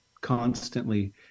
constantly